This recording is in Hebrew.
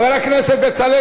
חבר הכנסת בצלאל